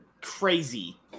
crazy